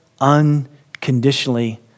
unconditionally